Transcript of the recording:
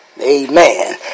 Amen